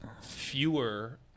fewer